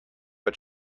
but